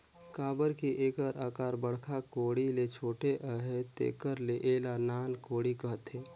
काबर कि एकर अकार बड़खा कोड़ी ले छोटे अहे तेकर ले एला नान कोड़ी कहथे